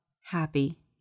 happy